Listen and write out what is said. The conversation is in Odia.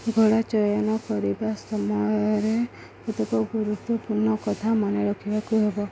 ଘୋଡ଼ା ଚୟନ କରିବା ସମୟରେ କେତେକ ଗୁରୁତ୍ୱପୂର୍ଣ୍ଣ କଥା ମନେ ରଖିବାକୁ ହେବ